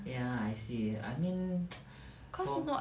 ya I see I mean for